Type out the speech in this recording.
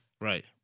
Right